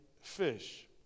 fish